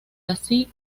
así